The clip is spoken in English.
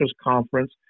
Conference